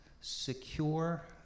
secure